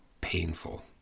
painful